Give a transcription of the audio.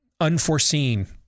unforeseen